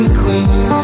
queen